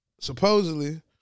supposedly